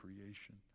creation